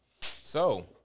So-